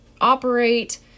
operate